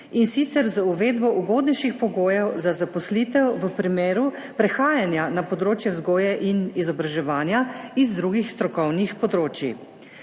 in sicer z uvedbo ugodnejših pogojev za zaposlitev v primeru prehajanja na področje vzgoje in izobraževanja iz drugih strokovnih področij.